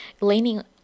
leaning